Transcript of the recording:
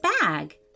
bag